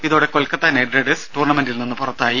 ഇതോടെ Kolkata Knight Riders ടൂർണമെന്റിൽ നിന്നും പുറത്തായി